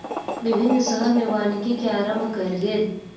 विभिन्न शहर में वानिकी के आरम्भ कयल गेल